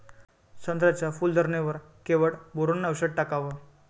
संत्र्याच्या फूल धरणे वर केवढं बोरोंन औषध टाकावं?